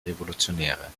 revolutionäre